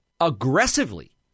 aggressively